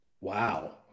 Wow